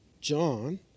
John